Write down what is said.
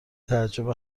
تعجب